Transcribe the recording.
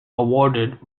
awarded